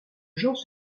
gens